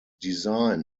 design